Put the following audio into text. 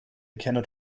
cannot